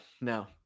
no